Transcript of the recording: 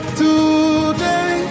today